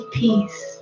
peace